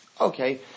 Okay